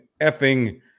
effing